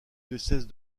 diocèse